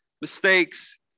mistakes